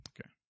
Okay